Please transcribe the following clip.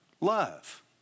love